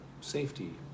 safety